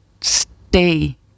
stay